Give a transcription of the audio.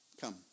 come